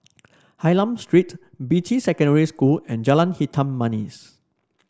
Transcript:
Hylam Street Beatty Secondary School and Jalan Hitam Manis